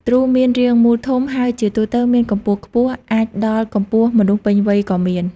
ទ្រូមានរាងមូលធំ ហើយជាទូទៅមានកម្ពស់ខ្ពស់ អាចដល់កម្ពស់មនុស្សពេញវ័យក៏មាន។